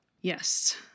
Yes